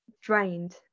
drained